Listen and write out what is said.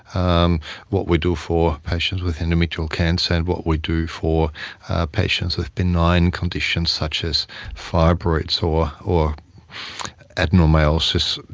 um what we do for patients with endometrial cancer and what we do for patients with benign conditions such as fibroids or or adenomyosis,